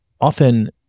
often